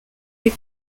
les